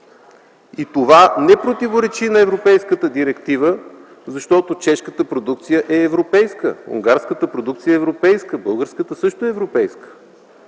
Това не противоречи на Европейската директива, защото чешката продукция е европейска, унгарската продукция е европейска. Българската също е европейска.